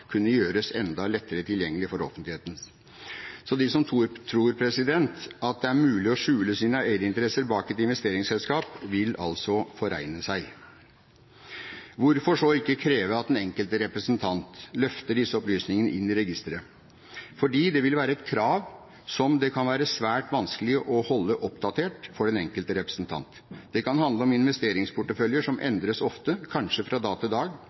kunne gjøres enda lettere tilgjengelig for offentligheten. Så de som tror det er mulig å skjule sine eierinteresser bak et investeringsselskap, vil altså forregne seg. Hvorfor så ikke kreve at den enkelte representant løfter disse opplysningene inn i registeret? Fordi det vil være et krav som det kan være svært vanskelig å holde oppdatert for den enkelte representant. Det kan handle om investeringsporteføljer som endres ofte, kanskje fra dag til dag